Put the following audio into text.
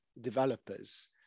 developers